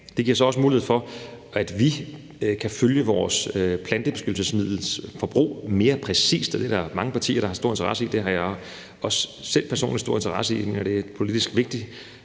Det giver så også mulighed for, at vi kan følge vores plantebeskyttelsesmiddelsforbrug mere præcist. Det der er mange partier, der har stor interesse i, og det har jeg også selv personligt store interesse i. Det er politisk vigtigt.